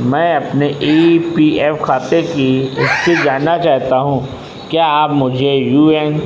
मैं अपने E P F खाते की स्थिति जानना चाहता हूँ क्या आप मुझे यू ए एन